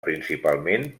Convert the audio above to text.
principalment